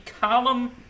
column